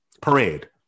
Parade